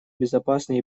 безопасные